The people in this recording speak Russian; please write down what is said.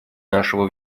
нашего